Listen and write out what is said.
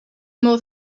more